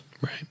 Right